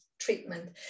treatment